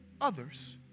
others